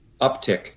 uptick